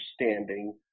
understanding